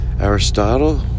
aristotle